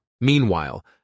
Meanwhile